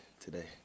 today